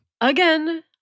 Again